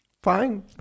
Fine